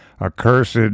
accursed